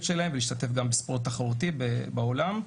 שלהם ולהשתתף גם בספורט תחרותי בעולם.